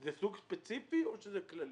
זה סוג ספציפי או שזה כללי?